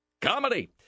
Comedy